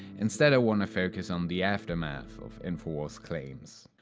instead i wanna focus on the aftermath of infowars claims.